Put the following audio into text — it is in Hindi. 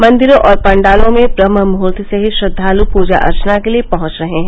मंदिरों और पाण्डालों में ब्रम्हमुहूर्त से ही श्रद्वालु पूजा अर्चना के लिए पहुंच रहे हैं